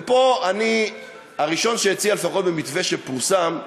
ופה אני הראשון שהציע, לפחות במתווה שפורסם,